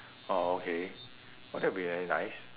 oh okay that oh that will be very nice